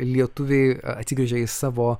lietuviai atsigręžia į savo